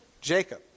Jacob